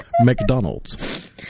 McDonald's